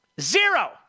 Zero